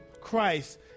Christ